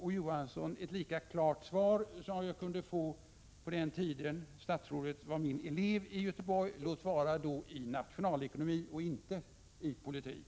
Å. Johansson, gärna ha ett lika klart svar som de svar jag kunde få på den tid statsrådet var min elev i Göteborg, låt vara i nationalekonomi och inte i politik.